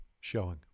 showing